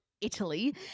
Italy